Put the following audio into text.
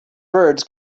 birds